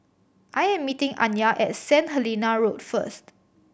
I am meeting Anya at Saint Helena Road first